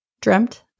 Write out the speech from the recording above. dreamt